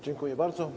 Dziękuję bardzo.